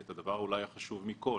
את הדבר החשוב מכל